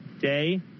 Day